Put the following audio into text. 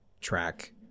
track